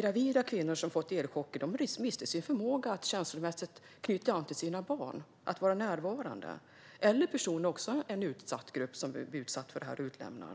Gravida som får elchocker mister sin förmåga att känslomässigt knyta an till sina barn och att vara närvarande. Det är också en utsatt grupp här.